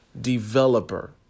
Developer